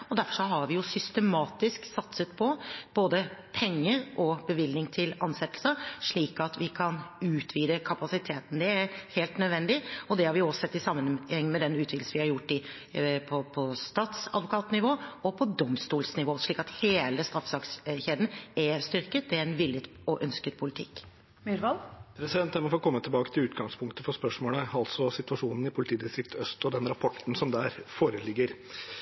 og derfor har vi systematisk satset på både penger og bevilgninger til ansettelser slik at vi kan utvide kapasiteten. Det er helt nødvendig, og det har vi også sett i sammenheng med den utviklingen vi har gjort på statsadvokatnivå og på domstolsnivå, slik at hele straffesakskjeden er styrket. Det er en villet og ønsket politikk. Jeg må få komme tilbake til utgangspunktet for spørsmålet, altså situasjonen i Øst politidistrikt og den rapporten som der foreligger.